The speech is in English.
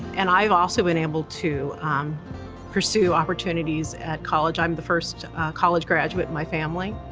and i've also been able to pursue opportunities at college. i'm the first college graduate in my family.